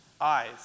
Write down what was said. eyes